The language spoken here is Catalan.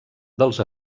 dels